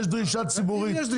יש דרישה ציבורית.